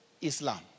Islam